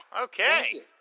okay